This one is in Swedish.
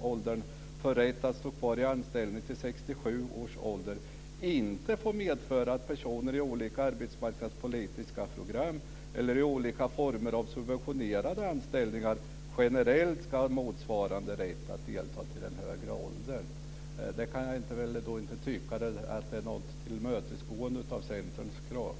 åldern för rätt att stå kvar i anställning till 67 års ålder inte få medföra att personer i olika arbetsmarknadspolitiska program eller i olika former av subventionerade anställningar generellt ska ha motsvarande rätt att delta till den högre åldern. Det kan jag inte tycka är något tillmötesgående av Centerns krav.